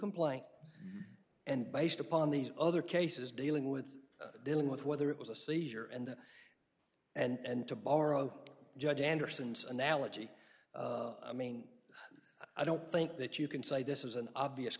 complaint and based upon these other cases dealing with dealing with whether it was a seizure and and to borrow judge anderson's analogy i mean i don't think that you can say this is an obvious